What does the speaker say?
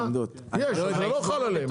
יש אבל זה לא חל עליהם.